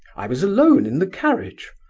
i was alone in the carriage.